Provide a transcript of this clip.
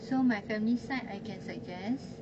so my family side I can suggest